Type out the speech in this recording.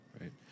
Right